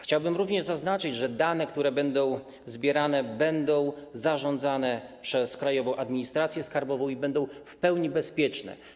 Chciałbym również zaznaczyć, że dane, które będą zbierane, będą zarządzane przez Krajową Administrację Skarbową i będą w pełni bezpieczne.